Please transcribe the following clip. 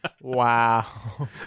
Wow